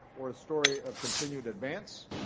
or a story of continued advance.